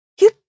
You